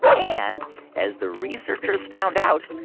and as the researchers found out,